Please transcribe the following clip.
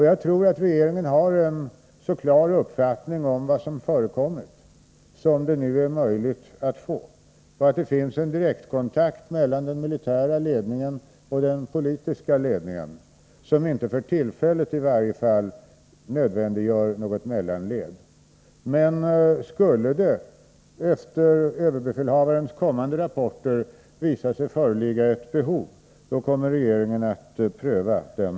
Jag tror att regeringen nu har en så klar uppfattning om vad som förekommit som det är möjligt att få. Det finns en direktkontakt mellan den militära ledningen och den politiska ledningen, så i varje fall för tillfället är inte något mellanled nödvändigt. Men om det, efter överbefälhavarens kommande rapporter, skulle visa sig föreligga ett behov av ytterligare utredning, kommer regeringen att pröva saken.